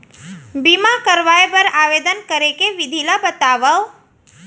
बीमा करवाय बर आवेदन करे के विधि ल बतावव?